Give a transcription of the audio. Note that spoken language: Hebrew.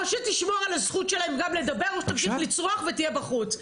או שתשמור על הזכות שלהם גם לדבר או שתמשיך לצרוח ותהיה בחוץ.